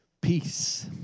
peace